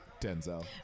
Denzel